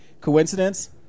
Coincidence